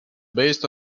based